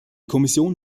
kommission